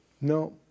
No